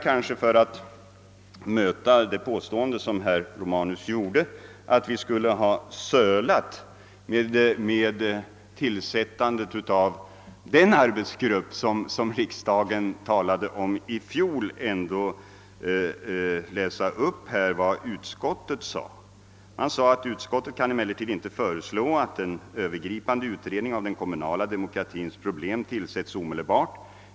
Herr Romanus påstående att vi skulle ha sölat med att tillsätta den arbetsgrupp som riksdagen talade om i fjol vill jag bemöta genom att läsa upp vad utskottet då skrev: »Utskottet kan emellertid inte föreslå att en övergripande utredning av den kommunala demokratins problem tillsätts omedelbart.